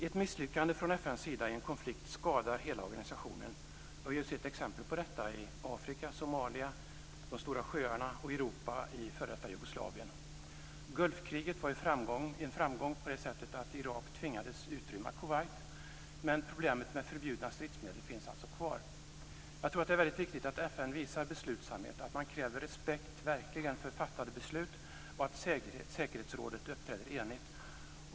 Ett misslyckande från FN:s sida i en konflikt skadar hela organisationen, och vi har ju sett exempel på detta i Afrika, Somalia, krisen kring de stora sjöarna och i Europa i f.d. Jugoslavien. Gulfkriget var ju en framgång på det sättet att Irak tvingades utrymma Kuwait. Men problemet med förbjudna stridsmedel finns kvar. Jag tror att det är väldigt viktigt att FN visar beslutsamhet, att man verkligen kräver respekt för fattade beslut och att säkerhetsrådet uppträder enigt.